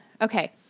Okay